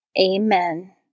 Amen